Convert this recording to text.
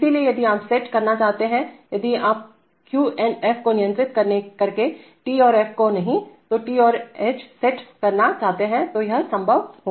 इसलिए यदि आप सेट करना चाहते हैंयदि आप Q F को नियंत्रित करके T और F को नहीं T और H सेट करना चाहते हैं तो यह संभव होगा